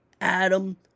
Adam